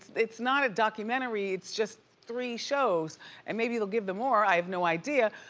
it's not a documentary. it's just three shows and maybe they'll give them more, i have no idea,